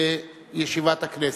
בישיבת הכנסת.